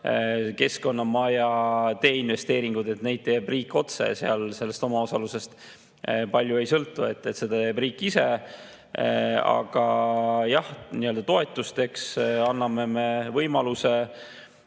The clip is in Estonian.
Keskkonnamaja ja teeinvesteeringud – neid teeb riik otse ja seal omaosalusest palju ei sõltu, seda teeb riik ise. Aga jah, toetusteks anname me võimaluse.